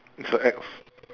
it's your ex